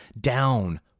down